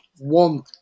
One